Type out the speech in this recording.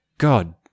God